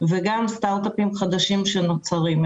וגם סטרט-אפים חדשים שנוצרים.